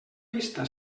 vista